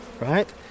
Right